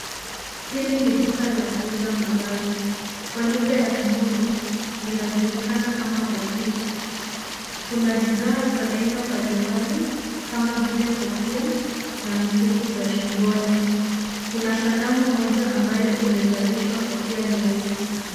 Hili ni duka la kuuza mavazi kwa lugha ya kimombo linajulikana kama boutique . Kuna bidhaa za aina mbalimbali kama vile kofia na mikufu za shingoni. Kuna sanamu moja ambayo imevalishwa kofia nyeupe.